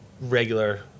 regular